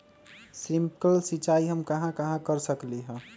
Sprinkle सिंचाई हम कहाँ कहाँ कर सकली ह?